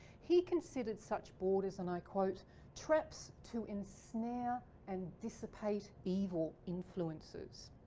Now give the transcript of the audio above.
he considered such borders and i quote traps to ensnare and dissipate evil influences.